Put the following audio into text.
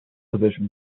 position